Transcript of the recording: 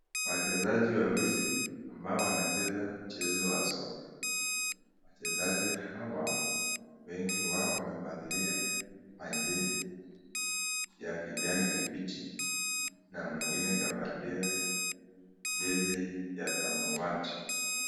Wachezaji wawili ambao wanacheza mchezo wa soka, wachezaji hawa wengi wao wamevalia majezi ya kijani kibichi, na mwingine kavalia jezi ya samawati.